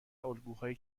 الگوهای